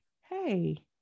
Hey